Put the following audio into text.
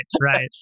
Right